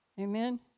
Amen